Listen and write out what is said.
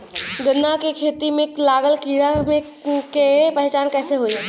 गन्ना के खेती में लागल कीड़ा के पहचान कैसे होयी?